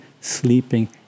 sleeping